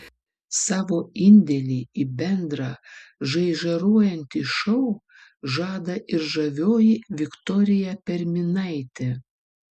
savo indėlį į bendrą žaižaruojantį šou žada ir žavioji viktorija perminaitė